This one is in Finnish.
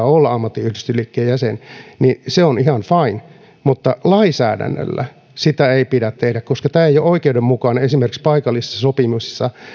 olla ammattiyhdistysliikkeen jäsen eli se on ihan fine mutta lainsäädännöllä sitä ei pidä tehdä koska tämä ei ole oikeudenmukainen esimerkiksi paikallisessa sopimisessa